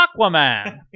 Aquaman